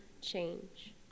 change